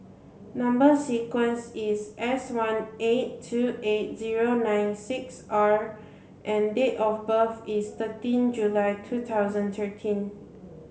number sequence is S one eight two eight zero nine six R and date of birth is thirteen July two thousand thirteen